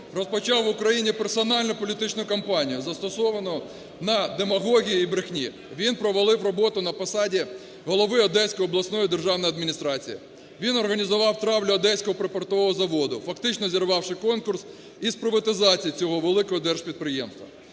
розпочав в Україні персональну політичну кампанію, застосовану на демагогії і брехні. Він провалив роботу на посаді голови Одеської обласної державної адміністрації, він організував травлю Одеського припортового заводу, фактично, зірвавши конкурс із приватизації цього великого держпідприємства.